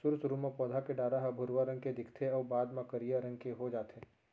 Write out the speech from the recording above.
सुरू सुरू म पउधा के डारा ह भुरवा रंग के दिखथे अउ बाद म करिया रंग के हो जाथे